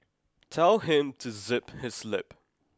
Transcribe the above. tell him to zip his lip